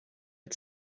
had